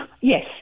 Yes